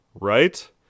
right